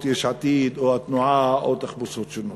יש עתיד או התנועה או תחפושות שונות.